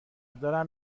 دارن